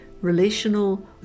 relational